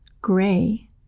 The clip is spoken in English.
gray